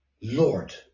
Lord